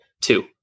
Two